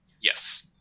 Yes